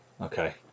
Okay